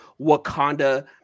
wakanda